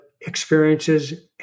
experiences